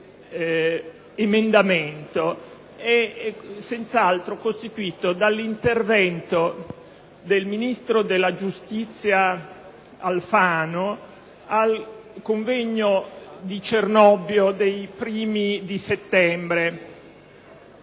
è senz'altro costituito dall'intervento del ministro della giustizia Alfano al convegno Ambrosetti di Cernobbio dei primi di settembre.